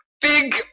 big